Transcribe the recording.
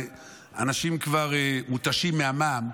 ואנשים כבר מותשים מהמע"מ,